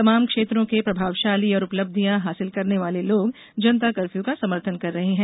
तमाम क्षेत्रों के प्रभावशाली और उपलब्धियां हासिल करने वाले लोग जनता कर्फ्यू का समर्थन कर रहे है